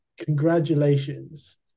congratulations